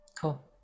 cool